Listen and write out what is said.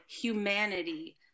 humanity